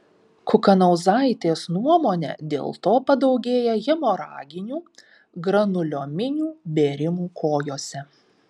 kukanauzaitės nuomone dėl to padaugėja hemoraginių granuliominių bėrimų kojose